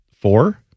Four